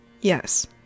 Yes